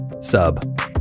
sub